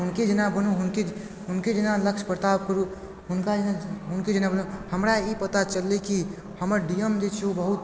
हुनके जेना बनु हुनके जेना लक्ष्यपर ताव करू हुनका एहन हुनके जेना मतलब हमरा ई पता चललै की हमर डीएम जे छै ओ बहुत